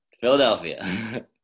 Philadelphia